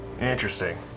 Interesting